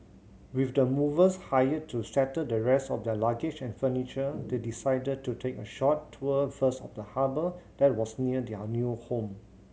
with the movers hired to settle the rest of their luggage and furniture they decided to take a short tour first of the harbour that was near their new home